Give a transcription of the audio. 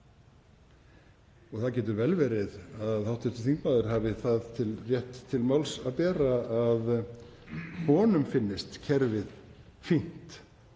og það getur vel verið að hv. þingmaður hafi það rétt til máls að bera að honum finnist kerfið fínt,